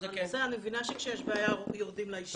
בסדר, אני מבינה שכשיש בעיה, יורדים לאישי.